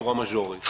בצורה מז'ורית.